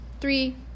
three